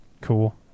Cool